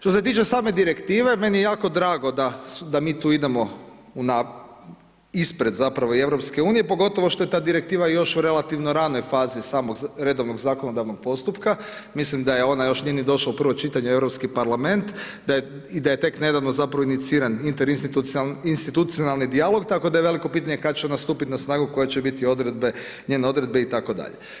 Što se tiče same direktive, meni je jako drago a mi tu idemo ispred zapravo i EU, pogotovo što je ta direktiva još u relativno ranoj fazi samog redovnog zakonodavnog postupka, mislim da ona još nije ni došla u prvo čitanje Europski parlament, da je tek nedavno zapravo iniciran interinsituicionalni dijalog, tako da je veliko pitanje, kada će nastupiti na snagu, koje će biti njene odredbe itd.